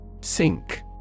Sink